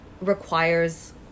requires